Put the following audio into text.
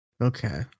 okay